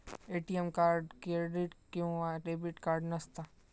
ATM card credit किंवा debit card नसता